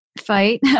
fight